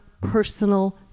personal